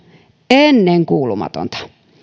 ennenkuulumatonta